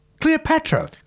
Cleopatra